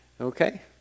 okay